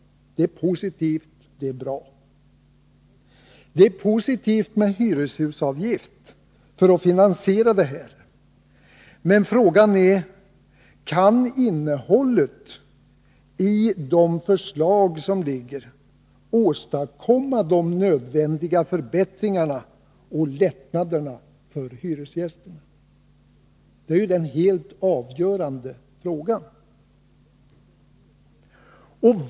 Det är positivt och bra. Det är positivt med hyreshusavgift för att finansiera detta, men frågan är: Kan innehållet i dessa förslag åstadkomma de nödvändiga förbättringarna och lättnaderna för hyresgästerna? Det är ju det som är den helt avgörande frågan.